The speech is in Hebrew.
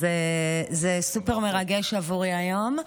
זה סופר-מרגש עבורי היום.